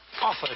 offer